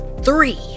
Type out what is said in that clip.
three